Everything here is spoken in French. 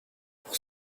pour